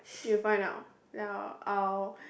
you find out now I'll